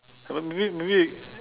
haven't maybe maybe